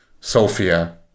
Sophia